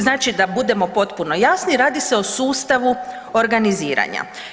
Znači da budemo potpuno jasni radi se o sustavu organiziranja.